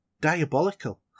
diabolical